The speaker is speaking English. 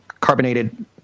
carbonated